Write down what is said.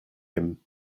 him